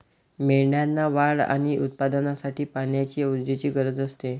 मेंढ्यांना वाढ आणि उत्पादनासाठी पाण्याची ऊर्जेची गरज असते